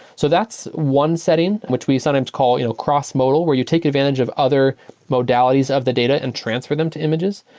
so that's one setting, which we sometimes call you know cross-modal, where you take advantage of other modalities of the data and transfer them to images.